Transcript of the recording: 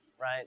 Right